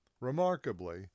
Remarkably